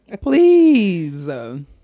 Please